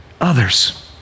others